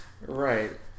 Right